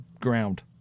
ground